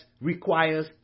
requires